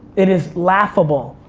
it is laughable